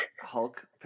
Hulk